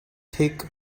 thick